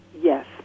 Yes